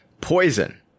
poison